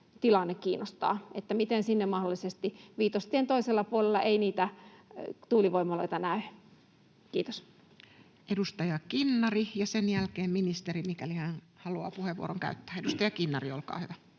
tilanne kiinnostaa, miten sinne mahdollisesti rakennetaan. Viitostien toisella puolella ei tuulivoimaloita näe. — Kiitos. Edustaja Kinnari ja sen jälkeen ministeri, mikäli hän haluaa puheenvuoron käyttää. — Edustaja Kinnari, olkaa hyvä.